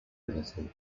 mobility